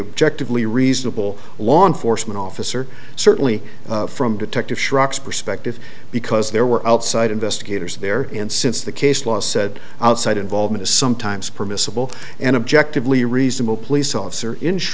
objective lee reasonable law enforcement officer certainly from detective shrops perspective because there were outside investigators there and since the case law said outside involvement is sometimes permissible and objectively reasonable police officer in